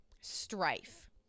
strife